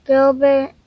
Gilbert